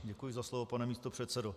Děkuji za slovo, pane místopředsedo.